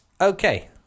Okay